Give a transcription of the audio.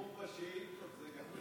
האיחור בשאילתה זה גם אצלי הפעם.